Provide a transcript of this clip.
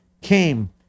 came